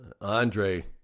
Andre